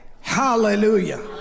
Hallelujah